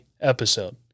episode